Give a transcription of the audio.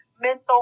mental